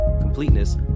completeness